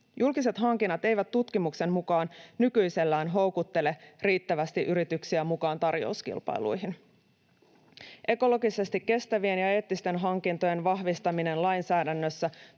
Julkiset hankinnat eivät tutkimuksen mukaan nykyisellään houkuttele riittävästi yrityksiä mukaan tarjouskilpailuihin. Ekologisesti kestävien ja eettisten hankintojen vahvistaminen lainsäädännössä